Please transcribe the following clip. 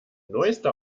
neueste